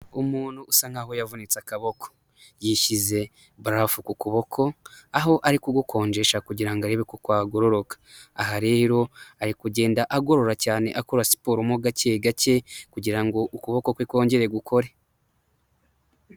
Umuntu usa nkaho yavunitse akaboko, yishyize barafu ku kuboko, aho ari kugukonjesha kugirango arebe ko kwagororoka, aha rero ari kugenda agorora cyane akora siporo mo gake gake kugirango ngo ukuboko kwe kongere gukore.